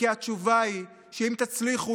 התשובה היא שאם תצליחו,